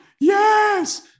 yes